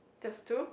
just two